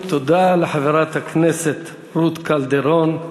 תודה לחברת הכנסת רות קלדרון.